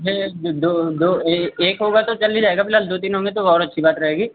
एक दो दो एक होगा तो चल ही जाएगा प्लस दो तीन होंगे तो और अच्छी बात रहेगी